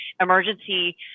emergency